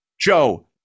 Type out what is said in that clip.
joe